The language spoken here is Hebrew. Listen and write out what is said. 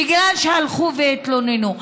בגלל שהלכו והתלוננו.